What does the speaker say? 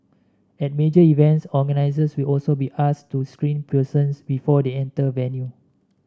at major events organisers will also be asked to screen persons before they enter venue